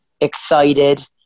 excited